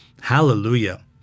Hallelujah